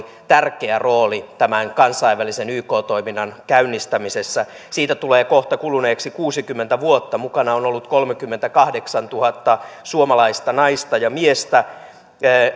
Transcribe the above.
tärkeä rooli tämän kansainvälisen yk toiminnan käynnistämisessä siitä tulee kohta kuluneeksi kuusikymmentä vuotta mukana on ollut kolmekymmentäkahdeksantuhatta suomalaista naista ja miestä